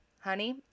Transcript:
honey